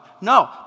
no